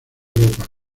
europa